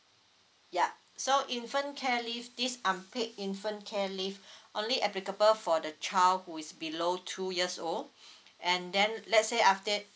ya so infant care leave this unpaid infant care leave only applicable for the child who is below two years old and then let's say after that